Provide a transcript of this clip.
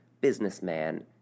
businessman